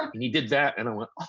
um and he did that, and i went,